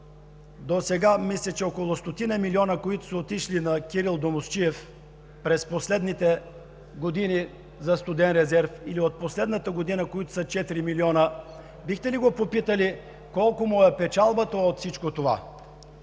досега, мисля, че около стотина милиона, са отишли при Кирил Домусчиев през последните години за студен резерв, или от последната година, които са четири милиона? Бихте ли го попитали колко му е печалбата от всичко това?